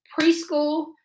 preschool